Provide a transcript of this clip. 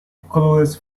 colourless